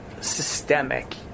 systemic